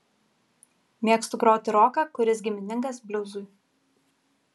mėgstu groti roką kuris giminingas bliuzui